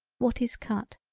what is cut.